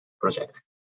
project